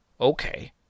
okay